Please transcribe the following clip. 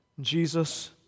Jesus